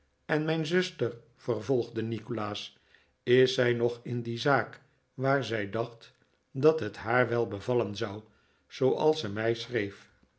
en mijn zuster vervolgde nikolaas is zij nog in die zaak waar zij dacht dat het haar wel bevallen zou zooals ze mij schreef